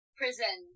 prison